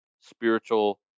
spiritual